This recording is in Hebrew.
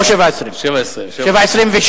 לא 7.20. 7.20,